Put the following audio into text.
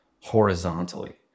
horizontally